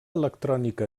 electrònica